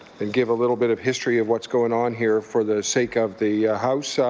and give a little bit of history of what's going on here for the sake of the house.